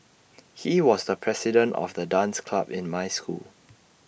he was the president of the dance club in my school